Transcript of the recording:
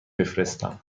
بفرستم